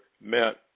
met